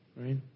right